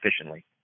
efficiently